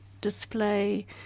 display